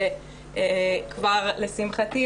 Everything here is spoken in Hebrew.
לשמחתי,